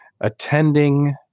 attending